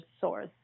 source